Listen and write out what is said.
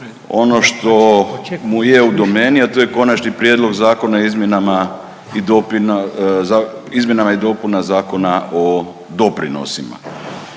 ono što mu je u domeni, a to je Konačni prijedlog zakona o izmjenama i dopuna Zakona o doprinosima.